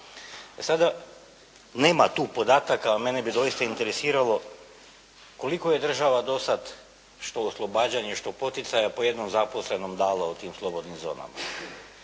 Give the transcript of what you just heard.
Sada nema tu podataka, a mene bi doista interesiralo koliko je država do sad što oslobađanje, što poticaja po jednom zaposlenom dala u tim slobodnim zonama.